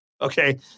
okay